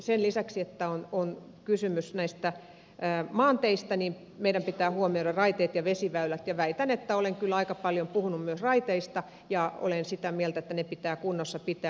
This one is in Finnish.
sen lisäksi että on kysymys maanteistä meidän pitää huomioida raiteet ja vesiväylät ja väitän että olen kyllä aika paljon puhunut myös raiteista ja olen sitä mieltä että ne pitää kunnossa pitää